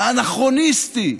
האנכרוניסטי,